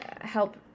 help